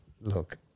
look